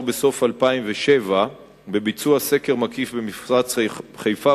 בסוף 2007 בביצוע סקר מקיף במפרץ חיפה,